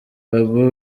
babou